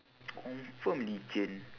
confirm licin